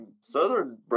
southern